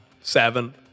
seven